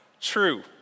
true